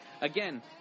again